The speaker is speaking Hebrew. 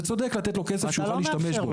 זה צודק לתת לו כסף שהוא יוכל להשתמש בו.